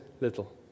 little